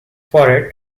for